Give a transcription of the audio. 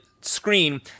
screen